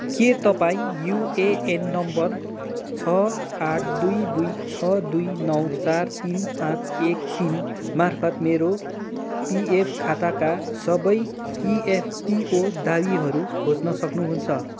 के तपाईँँ UAN number छ आठ दुई दुई छ दुई नौ चार तिन पाँच एक तिन मार्फत् मेरो पिएफ खाताका सबै इएफपिओ दावीहरू खोज्न सक्नुहुन्छ